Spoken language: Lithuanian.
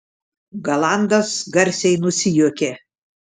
galandas garsiai nusijuokė